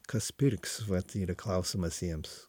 kas pirks vat yra klausimas jiems